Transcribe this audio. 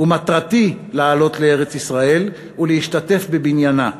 ומטרתי לעלות לארץ-ישראל ולהשתתף בבניינה,